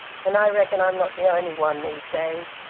and i reckon i'm not the only one, these days.